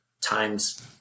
times